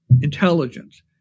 intelligence